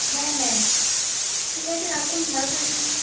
হ্যাঁ হ্যাঁ ঠিক আছে রাখুন ভালো থাকবেন